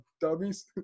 dummies